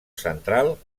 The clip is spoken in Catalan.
central